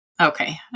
Okay